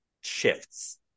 shifts